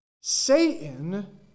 Satan